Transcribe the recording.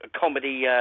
comedy